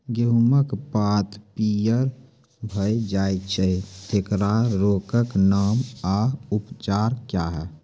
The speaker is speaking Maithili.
गेहूँमक पात पीअर भअ जायत छै, तेकरा रोगऽक नाम आ उपचार क्या है?